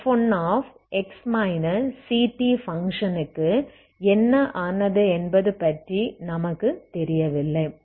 f1x ctபங்க்ஷனுக்கு என்ன ஆனது என்பது பற்றி நமக்கு தெரியவில்லை